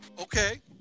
Okay